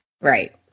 Right